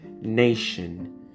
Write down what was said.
nation